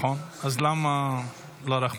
אז לא רחמנות?